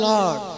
Lord